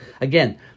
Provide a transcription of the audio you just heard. Again